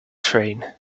train